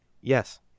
Yes